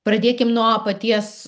pradėkim nuo paties